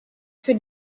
für